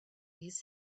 these